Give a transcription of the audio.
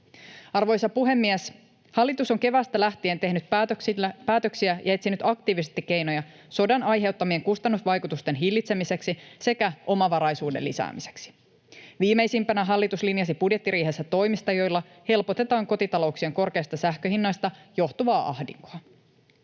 Arvoisa puhemies! Hallitus on keväästä lähtien tehnyt päätöksiä ja etsinyt aktiivisesti keinoja sodan aiheuttamien kustannusvaikutusten hillitsemiseksi sekä omavaraisuuden lisäämiseksi. Viimeisimpänä hallitus linjasi budjettiriihessä toimista, joilla helpotetaan kotitalouksien korkeista sähkönhinnoista johtuvaa ahdinkoa.